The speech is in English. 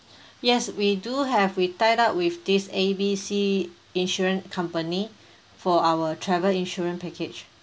yes we do have we tied up with this A B C insurance company for our travel insurance package